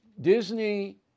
Disney